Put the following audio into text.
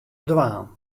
dwaan